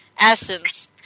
essence